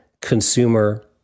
consumer